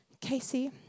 Casey